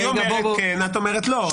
היא אומרת כן, את אומרת לא.